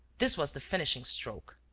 this was the finishing stroke.